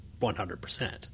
100%